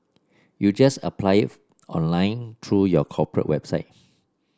you just apply it online through your corporate website